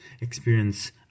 experience